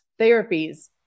therapies